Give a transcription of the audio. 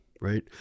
right